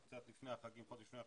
קצת לפני החגים, חודש לפני החגים,